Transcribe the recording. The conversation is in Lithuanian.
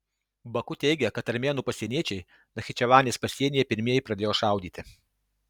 baku teigia kad armėnų pasieniečiai nachičevanės pasienyje pirmieji pradėjo šaudyti